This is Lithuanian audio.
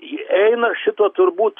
įeina šito turbūt